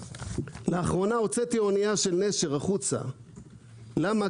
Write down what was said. לאחרונה הוצאתי אנייה של נשר החוצה, למה?